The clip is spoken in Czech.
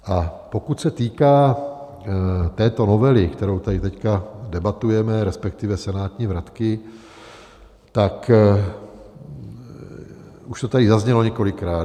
A pokud se týká této novely, kterou tady teď debatujeme, respektive senátní vratky, tak už to tady zaznělo několikrát.